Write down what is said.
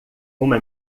uma